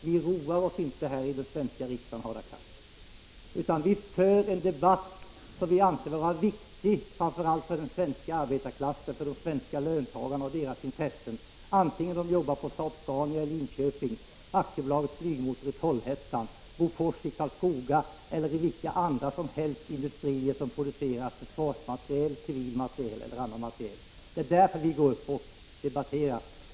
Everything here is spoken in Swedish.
Vi roar oss inte här i den svenska riksdagen, Hadar Cars, utan vi för en debatt som vi anser vara viktig, framför allt för den svenska arbetarklassen, de svenska löntagarna och deras intressen — oavsett om de jobbar på Saab-Scania i Linköping, AB Flygmotor i Trollhättan, AB Bofors i Karlskoga eller vilken annan industri som helst som producerar försvarsmateriel, civil materiel eller annan materiel. Det är därför vi går upp och debatterar.